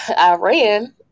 Iran